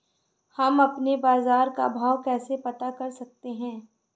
हम अपने बाजार का भाव कैसे पता कर सकते है?